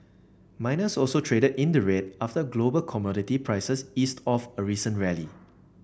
miners also traded in the red after global commodity prices eased off a recent rally